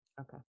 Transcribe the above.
Okay